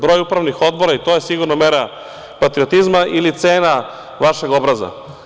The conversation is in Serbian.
Broj upravnih je sigurno mera patriotizma ili cena vašeg obraza.